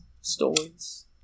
Stories